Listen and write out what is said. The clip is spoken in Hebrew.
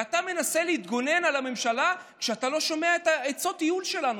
ואתה מנסה לגונן על הממשלה כשאתה לא שומע את הצעות הייעול שלנו,